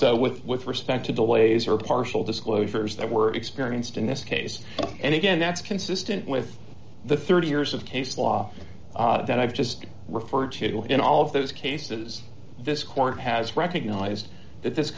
so with with respect to delays or partial disclosures that were experienced in this case and again that's consistent with the thirty years of case law that i've just referred to in all of those cases this court has recognized that this